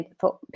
thought